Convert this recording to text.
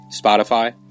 spotify